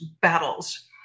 battles